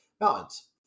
mountains